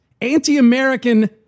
anti-American